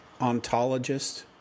Ontologist